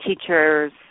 teachers